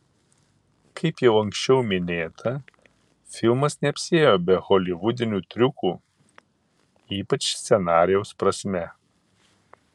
kaip jau anksčiau minėta filmas neapsiėjo be holivudinių triukų ypač scenarijaus prasme